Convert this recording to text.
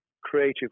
creative